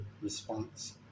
response